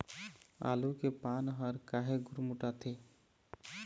आलू के पान हर काहे गुरमुटाथे?